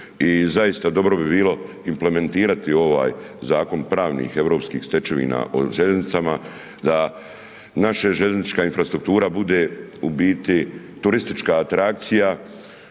i zaista dobro bi bilo implementirati ovaj zakon, pravnih europskih stečevina o željeznicama, da naša željeznička infrastruktura, bude u biti turistička atrakcija,